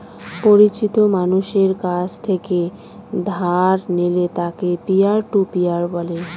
পরিচিত মানষের কাছ থেকে ধার নিলে তাকে পিয়ার টু পিয়ার বলে